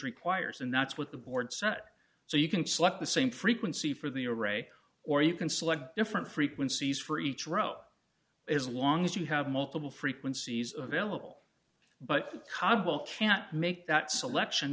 requires and that's what the board set so you can select the same frequency for the array or you can select different frequencies for each row as long as you have multiple frequencies of vailable but kabul can't make that selection